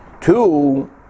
two